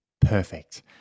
Perfect